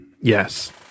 Yes